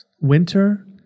winter